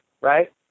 right